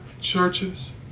churches